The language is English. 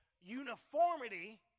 uniformity